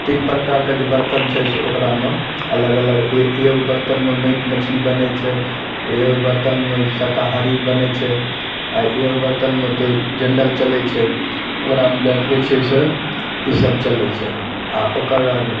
तीन प्रकारके जे बर्तन छै से ओकरामे अलग अलग एगो बर्तनमे मीट मछली बनय छै आओर एगो बर्तनमे शाकाहारी बनय छै आओर एगो बर्तनमे तऽ जेनरल चलय छै ओकरामे छै से ईसब चलय छै आओर ओकरबाद